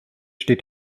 steht